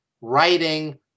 writing